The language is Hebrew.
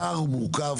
הפער הוא מרכז,